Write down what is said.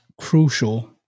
crucial